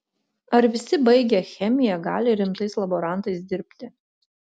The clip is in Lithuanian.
ar visi baigę chemiją gali rimtais laborantais dirbti